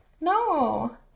no